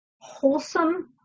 wholesome